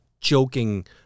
joking